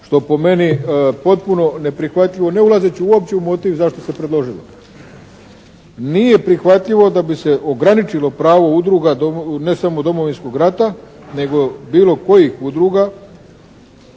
što po meni potpuno neprihvatljivo ne ulazeći uopće u motiv zašto se predložilo. Nije prihvatljivo da bi se ograničilo pravo udruga ne samo Domovinskog rata nego bilo kojih udruga